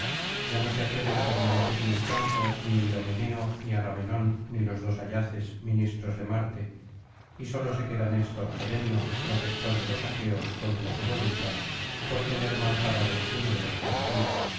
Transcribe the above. ya no se atreven á permanecer en el campo ni idomeneo ni agamenón ni los dos ayaces ministros de marte y sólo se queda néstor gerenio protector de los aqueos contra su voluntad por tener malparado uno de los corceles